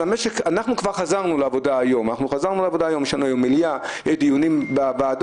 אנחנו כבר חזרנו לעבודה היום בדיונים במליאה ובוועדה,